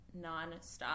nonstop